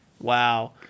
Wow